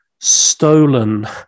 stolen